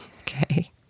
Okay